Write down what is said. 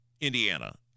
Indiana